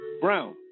Brown